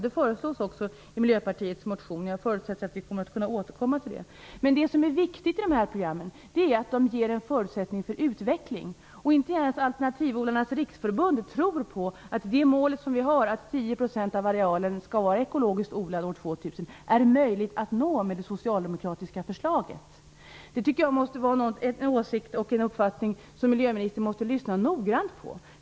Det föreslås också i Miljöpartiets motion. Jag förutsätter att vi kommer att kunna återkomma till detta. Det viktiga i dessa program är att de ger en förutsättning för utveckling. Inte ens Alternativodlarnas riksförbund tror att målet att 10 % av arealen skall vara ekologiskt odlad år 2000 är möjligt att nå med det socialdemokratiska förslaget. Det är en åsikt som miljöministern måste lyssna noggrant på.